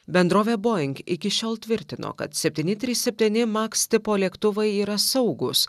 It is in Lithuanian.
bendrovė boing iki šiol tvirtino kad septyni trys septyni maks tipo lėktuvai yra saugūs